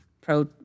pro-